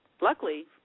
luckily